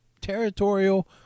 territorial